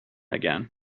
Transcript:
again